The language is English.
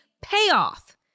payoff